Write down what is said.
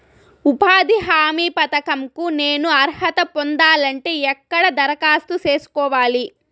ఉపాధి హామీ పథకం కు నేను అర్హత పొందాలంటే ఎక్కడ దరఖాస్తు సేసుకోవాలి?